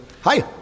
Hi